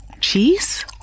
cheese